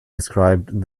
described